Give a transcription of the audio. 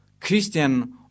Christian